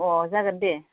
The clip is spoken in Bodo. अह जागोन दे